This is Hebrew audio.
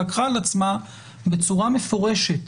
לקחה על עצמה בצורה מפורשת